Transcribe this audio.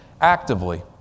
actively